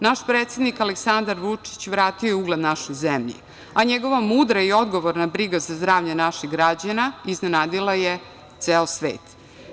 Naš predsednik Aleksandar Vučić vratio je ugled našoj zemlji, a njegova mudra i odgovorna briga za zdravlje naših građana iznenadila je ceo svet.